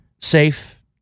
safe